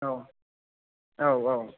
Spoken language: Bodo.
औ औ औ